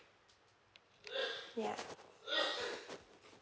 ya